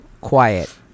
quiet